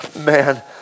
man